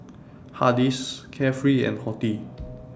Hardy's Carefree and Horti